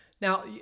Now